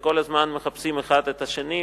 וכל הזמן מחפשים אחד את השני.